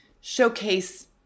showcase